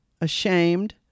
ashamed